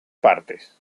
partes